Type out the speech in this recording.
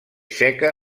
seca